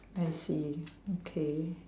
I see okay